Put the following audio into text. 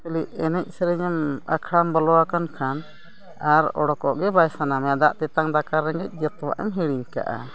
ᱠᱷᱟᱹᱞᱤ ᱮᱱᱮᱡ ᱥᱮᱨᱮᱧ ᱟᱢ ᱟᱠᱷᱲᱟᱢ ᱵᱚᱞᱚ ᱟᱠᱟᱱ ᱠᱷᱟᱱ ᱟᱨ ᱩᱰᱩᱠᱚᱜ ᱜᱮ ᱵᱟᱭ ᱥᱟᱱᱟ ᱢᱮᱭᱟ ᱫᱟᱜ ᱛᱮᱛᱟᱝ ᱫᱟᱠᱟ ᱨᱮᱸᱜᱮᱡ ᱡᱚᱛᱚᱣᱟᱜ ᱮᱢ ᱦᱤᱲᱤᱧ ᱠᱟᱜᱼᱟ